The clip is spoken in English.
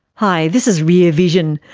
hi this is rear vision.